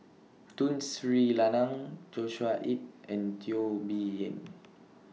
Tun Sri Lanang Joshua Ip and Teo Bee Yen